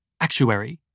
Actuary